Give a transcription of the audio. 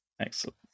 Excellent